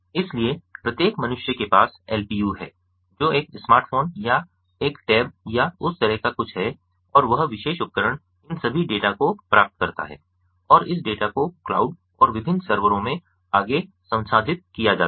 इसलिए प्रत्येक मनुष्य के पास एलपीयू है जो एक स्मार्टफोन या एक टैब या उस तरह का कुछ है और वह विशेष उपकरण इन सभी डेटा को प्राप्त करता है और इस डेटा को क्लाउड और विभिन्न सर्वरों में आगे संसाधित किया जाता है